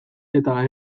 eta